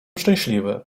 szczęśliwy